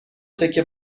تکه